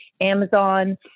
Amazon